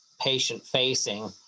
patient-facing